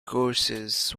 courses